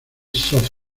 sea